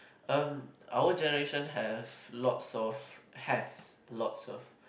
um our generation have lots of has lots of